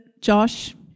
Josh